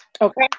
Okay